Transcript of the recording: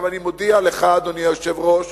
אני מודיע לך, אדוני היושב-ראש,